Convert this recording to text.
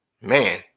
Man